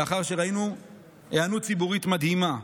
לאחר שראינו היענות ציבורית מדהימה.